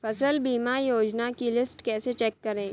फसल बीमा योजना की लिस्ट कैसे चेक करें?